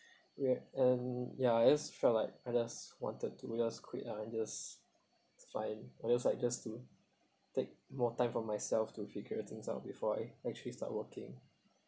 ye~ and ya I just felt like I just wanted to just quit ah and just find or else like just to take more time for myself to figure things out before I actually start working